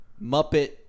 Muppet